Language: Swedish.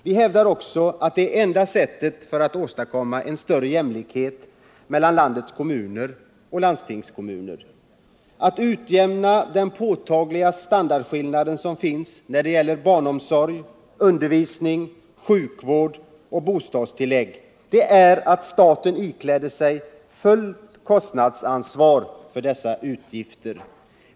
Vi hävdar också att det enda sättet att åstadkomma en större jämlikhet mellan landets kommuner och landstingskommuner, att utjämna påtagliga standardskillnader i fråga om barnomsorg, undervisning, sjukvård och bostadstillägg, är att staten ikläder sig fullt kostnadsansvar för dessa utgifter.